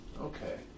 Okay